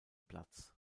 platz